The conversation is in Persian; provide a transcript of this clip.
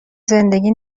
زندگی